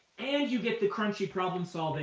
and you get the crunchy problem-solving